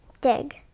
Dig